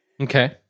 okay